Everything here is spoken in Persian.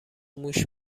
موش